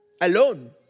alone